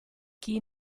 chi